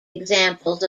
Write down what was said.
examples